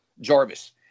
Jarvis